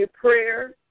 prayer